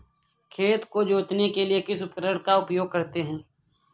खेत को जोतने के लिए किस उपकरण का उपयोग करते हैं?